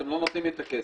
אתם לא נותנים לי את הכסף,